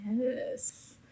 Yes